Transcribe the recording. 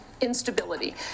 instability